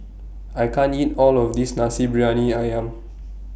I can't eat All of This Nasi Briyani Ayam